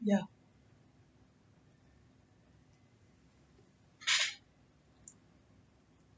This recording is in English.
ya